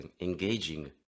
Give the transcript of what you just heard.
engaging